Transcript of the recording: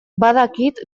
badakit